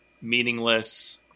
meaningless